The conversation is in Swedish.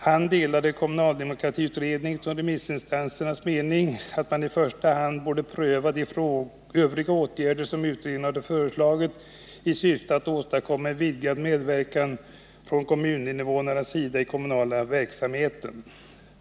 Han delade kommunaldemokratiutredningens och remissinstansernas mening att man i första hand borde pröva de övriga åtgärder som utredningen hade föreslagit i syfte att åstadkomma en vidgad medverkan från kommuninvånarnas sida i den kommunala verksamheten.